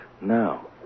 now